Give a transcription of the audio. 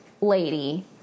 lady